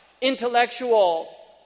intellectual